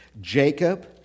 Jacob